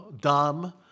dumb